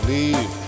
Leave